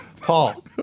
Paul